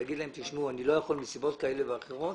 להגיד להם שאתה לא יכול מסיבות כאלה ואחרות